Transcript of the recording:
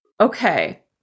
Okay